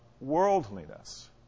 worldliness